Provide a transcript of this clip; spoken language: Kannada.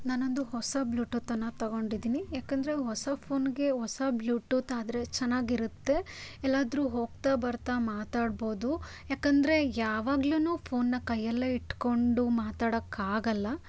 ನಾನೊಂದು ಹೊಸ ಬ್ಲೂಟೂತನ್ನು ತಗೊಂಡಿದ್ದೀನಿ ಯಾಕಂದರೆ ಹೊಸ ಫೋನ್ಗೆ ಹೊಸ ಬ್ಲೂಟೂತಾದರೆ ಚೆನ್ನಾಗಿರುತ್ತೆ ಎಲ್ಲಾದ್ರೂ ಹೋಗ್ತಾ ಬರ್ತಾ ಮಾತಾಡ್ಬೋದು ಯಾಕಂದರೆ ಯಾವಾಗ್ಲೂ ಫೋನನ್ನ ಕೈಯಲ್ಲೇ ಇಟ್ಟುಕೊಂಡು ಮಾತಾಡೋಕ್ಕಾಗಲ್ಲ